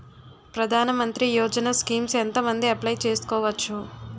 ప్రధాన మంత్రి యోజన స్కీమ్స్ ఎంత మంది అప్లయ్ చేసుకోవచ్చు?